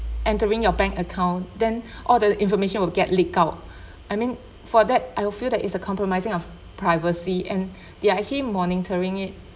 entering your bank account then all the information will get leak out I mean for that I will feel that it's a compromising of privacy and they're actually monitoring it